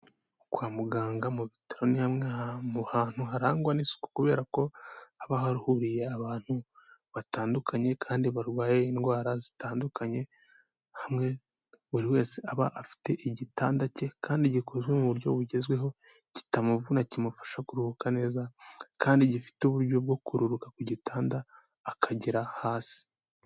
Kwa muganga mu bitaro ni hamwe mu hantu harangwa n'isuku kubera ko haba hahuriye abantu batandukanye kandi barwaye indwara zitandukanye hamwe buri wese aba afite igitanda cye kandi gikozwe mu buryo bugezweho kitamuvuna kimufasha kuruhuka neza kandi gifite uburyo bwo kururuka ku gitanda akagera hasi.